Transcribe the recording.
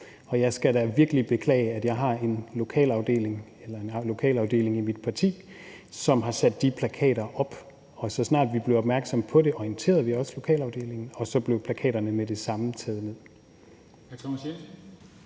jeg skal da virkelig beklage, at vi har en lokalafdeling i mit parti, som har sat de plakater op. Og så snart vi blev opmærksomme på det, orienterede vi også lokalafdelingen, og så blev plakaterne med det samme taget ned.